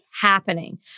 happening